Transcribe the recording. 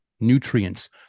nutrients